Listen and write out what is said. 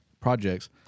projects